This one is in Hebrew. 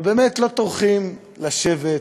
אבל באמת, לא טורחים לשבת,